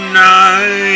night